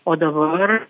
o dabar